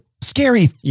scary